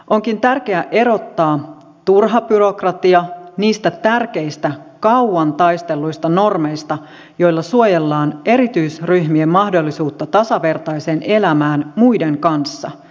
onkin tärkeää erottaa turha byrokratia niistä tärkeistä kauan taistelluista normeista joilla suojellaan erityisryhmien mahdollisuutta tasavertaiseen elämään muiden kanssa